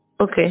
Okay